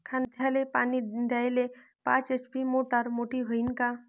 कांद्याले पानी द्याले पाच एच.पी ची मोटार मोटी व्हईन का?